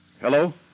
Hello